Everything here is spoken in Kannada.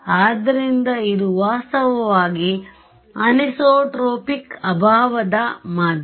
ಆದ್ದರಿಂದ ಇದು ವಾಸ್ತವವಾಗಿ ಅನಿಸೊಟ್ರೊಪಿಕ್ ಅಭಾವದ ಮಾಧ್ಯಮ